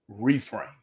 reframe